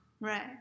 Right